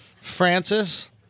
Francis